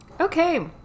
Okay